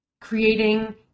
creating